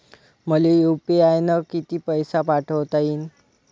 मले यू.पी.आय न किती पैसा पाठवता येईन?